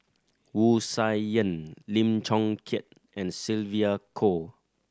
Wu Tsai Yen Lim Chong Keat and Sylvia Kho